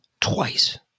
twice